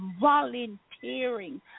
volunteering